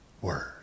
word